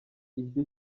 ihita